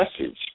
message